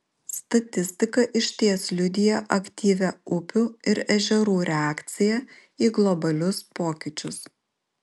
statistika išties liudija aktyvią upių ir ežerų reakciją į globalius pokyčius